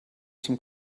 zum